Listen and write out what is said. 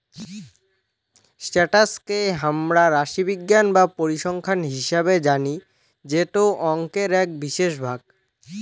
status কে হামরা রাশিবিজ্ঞান বা পরিসংখ্যান হিসেবে জানি যেটো অংকের এক বিশেষ ভাগ